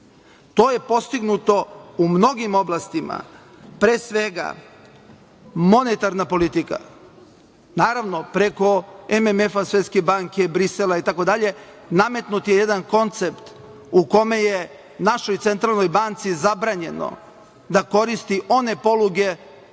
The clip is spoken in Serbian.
To je postignuto u mnogim oblasti, pre svega monetarna politika, naravno preko MMF-a, Svetske banke itd, nametnut je jedan koncept u kome je našoj centralnoj banci zabranjeno da koristi one poluge